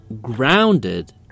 grounded